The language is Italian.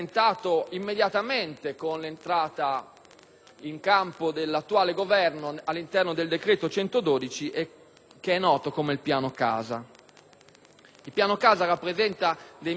Il Piano casa presenta meccanismi innovativi ed intelligenti,